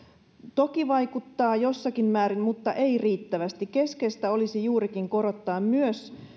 toki vaikuttaa jossakin määrin mutta ei riittävästi keskeistä olisi juurikin korottaa myös